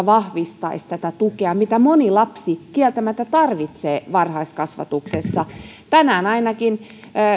vahvistaisi tätä tukea mitä moni lapsi kieltämättä tarvitsee varhaiskasvatuksessa tänään ainakin